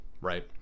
right